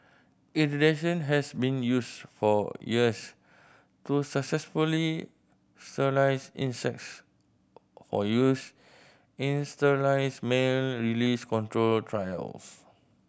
irradiation has been used for years to successfully sterilise insects of use in sterile male release control trials